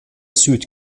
süd